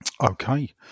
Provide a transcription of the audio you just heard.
Okay